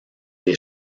des